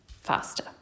faster